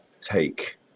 take